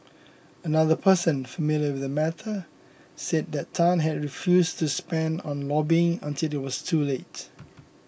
another person familiar with the matter said that Tan had refused to spend on lobbying until it was too late